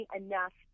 enough